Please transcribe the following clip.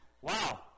Wow